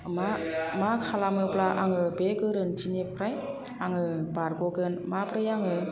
मा मा खालामोब्ला आङो बे गोरोन्थिनिफ्राय आङो बारग'गोन माबोरै आङो